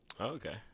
Okay